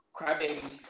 crybabies